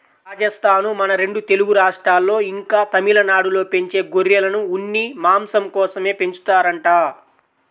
రాజస్థానూ, మన రెండు తెలుగు రాష్ట్రాల్లో, ఇంకా తమిళనాడులో పెంచే గొర్రెలను ఉన్ని, మాంసం కోసమే పెంచుతారంట